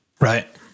Right